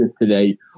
today